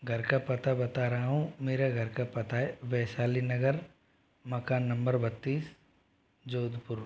घर का पता बता रहा हूँ मेरा घर का पता है वैशाली नगर मकान नंबर बत्तीस जोधपुर